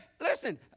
listen